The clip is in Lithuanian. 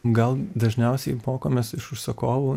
gal dažniausiai mokomės iš užsakovų